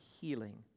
healing